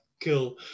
Cool